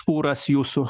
fūras jūsų